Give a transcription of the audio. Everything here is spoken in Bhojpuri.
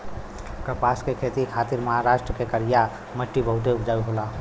कपास के खेती खातिर महाराष्ट्र के करिया मट्टी बहुते उपजाऊ होला